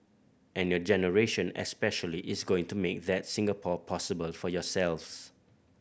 and your generation especially is going to make that Singapore possible for yourselves